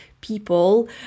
people